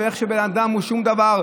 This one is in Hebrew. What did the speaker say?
איך שבן אדם הוא שום דבר,